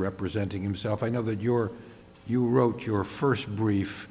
representing himself i know that your you wrote your first brief